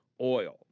oil